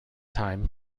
time